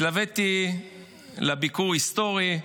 התלוויתי לביקור היסטורי,